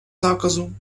zákazu